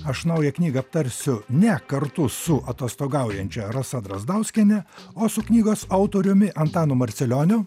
aš naują knygą aptarsiu ne kartu su atostogaujančia rasa drazdauskiene o su knygos autoriumi antanu marcelioniu